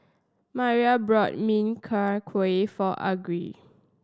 Maira brought Min Chiang Kueh for Argie